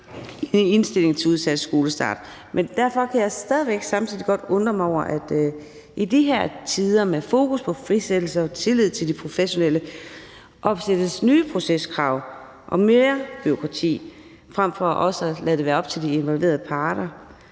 med indstilling til udsat skolestart. Men jeg kan stadig væk samtidig godt undre mig over, at der i de her tider med fokus på frisættelse og tillid til de professionelle opsættes nye proceskrav og mere bureaukrati frem for at lade det være op til de involverede parter.